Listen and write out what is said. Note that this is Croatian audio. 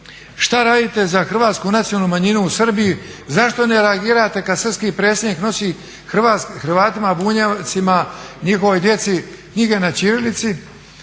Šta radite za hrvatsku nacionalnu manjinu u Srbiji? Zašto ne reagirate kada srpski predsjednik nosi Hrvatima Bunjevcima, njihovoj djeci knjige na ćirilici?